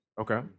Okay